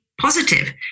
positive